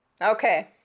Okay